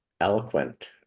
eloquent